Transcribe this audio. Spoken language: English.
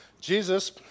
Jesus